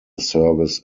service